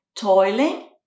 toiling